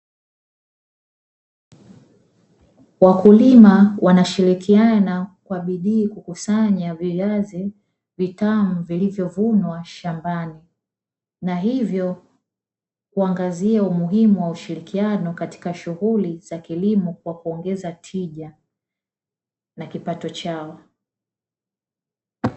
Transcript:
Wakulima wanashirikiana kwa bidii kukusanya viazi vitamu vilivovunwa shambani. Na hivyo kuangazia umuhimu wa ushirikiano katika shughuli za kilimo kwa kuongeza tija na kipato chao.